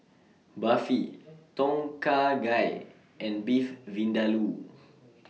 Barfi Tom Kha Gai and Beef Vindaloo